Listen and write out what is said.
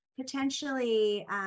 potentially